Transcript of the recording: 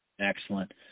Excellent